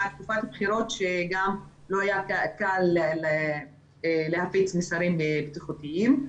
תקופת בחירות שגם לא היה קל להפיץ מסרים בטיחותיים.